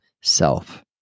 self